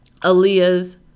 Aaliyah's